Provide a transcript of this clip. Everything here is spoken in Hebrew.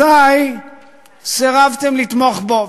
אזי סירבתם לתמוך בהצעה.